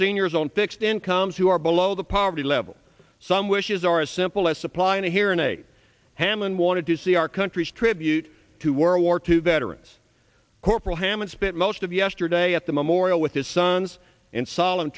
seniors on fixed incomes who are below the poverty level some wishes are as simple as supplying a here and a ham and wanted to see our country's tribute to world war two veterans corporal hammond spent most of yesterday at the memorial with his sons in solemn